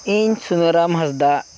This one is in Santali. ᱤᱧ ᱥᱩᱱᱟᱹᱨᱟᱢ ᱦᱟᱸᱥᱫᱟ